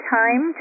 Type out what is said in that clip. time